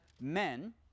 men